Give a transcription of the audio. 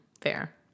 Fair